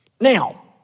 Now